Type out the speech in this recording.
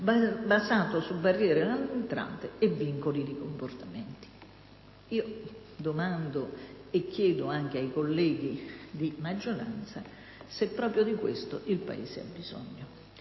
basato su barriere all'entrata e vincoli di comportamenti. Domando e chiedo anche ai colleghi di maggioranza se proprio di questo il Paese ha bisogno.